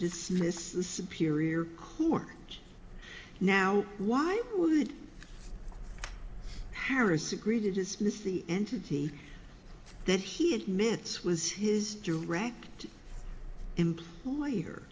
dismiss the superior court judge now why would harris agree to dismiss the entity that he admits was his direct employer